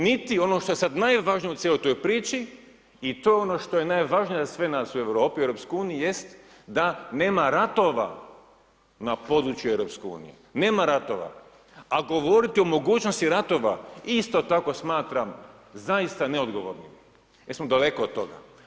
Niti ono što je sad najvažnije u cijeloj toj priči i to je ono što je najvažnije za sve nas u Europi, EU, jest da nema ratova na području EU, nema ratova, a govoriti o mogućnosti ratova isto tako smatram zaista neodgovornim, jel smo daleko od toga.